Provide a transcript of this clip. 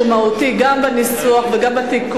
אבל האם יש הבדל שהוא מהותי גם בניסוח וגם בתיקון?